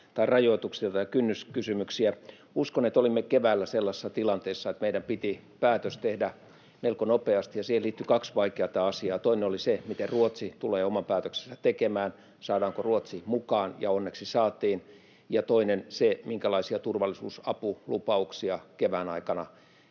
rajoituksia tai kynnyskysymyksiä. Uskon, että olimme keväällä sellaisessa tilanteessa, että meidän piti tehdä päätös melko nopeasti, ja siihen liittyi kaksi vaikeata asiaa: toinen oli se, miten Ruotsi tulee oman päätöksensä tekemään, saadaanko Ruotsi mukaan — onneksi saatiin — ja toinen se, minkälaisia turvallisuusapulupauksia kevään aikana